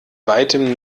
weitem